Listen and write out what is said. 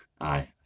Aye